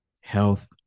health